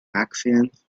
accidents